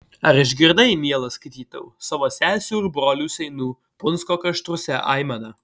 ar išgirdai mielas skaitytojau savo sesių ir brolių seinų punsko kraštuose aimaną